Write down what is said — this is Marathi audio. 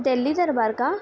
दिल्ली दरबार का